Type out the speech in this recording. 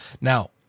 Now